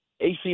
AC